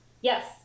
Yes